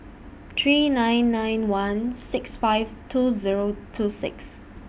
three nine nine one six five two Zero two six